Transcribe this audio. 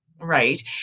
right